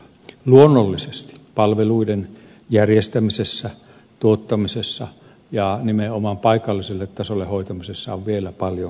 luonnollisesti palveluiden järjestämisessä tuottamisessa ja nimenomaan paikalliselle tasolle hoitamisessa on vielä paljon kehittämisen varaa